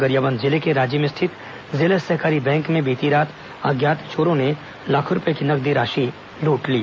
गरियाबंद जिले के राजिम स्थित जिला सहकारी बैंक में बीती रात अज्ञात चोरों ने लाखों रूपये की नगद राशि लूट ली